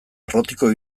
errotiko